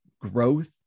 growth